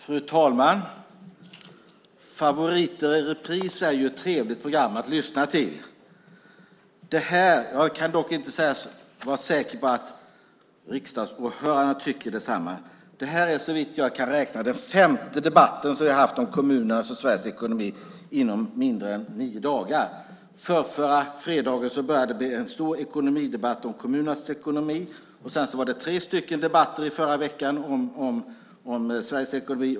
Fru talman! Favoriter i repris är det trevligt att lyssna till. Om det här kan jag dock inte vara säker på att riksdagsåhörarna tycker detsamma. Det här är såvitt jag kan räkna den femte debatt vi har haft om kommunernas och Sveriges ekonomi under loppet av mindre än nio dagar. Förrförra fredagen började med en stor debatt om kommunernas ekonomi. Sedan var det tre debatter förra veckan om Sveriges ekonomi.